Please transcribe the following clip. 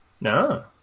No